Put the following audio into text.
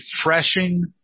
refreshing